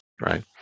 right